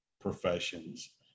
professions